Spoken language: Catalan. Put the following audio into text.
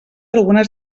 algunes